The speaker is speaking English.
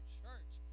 church